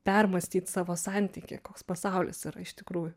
permąstyt savo santykį koks pasaulis yra iš tikrųjų